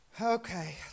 Okay